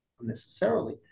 unnecessarily